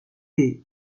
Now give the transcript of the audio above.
est